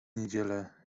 niedzielę